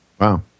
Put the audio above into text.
Wow